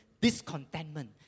discontentment